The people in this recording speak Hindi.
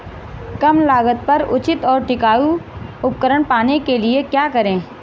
कम लागत पर उचित और टिकाऊ उपकरण पाने के लिए क्या करें?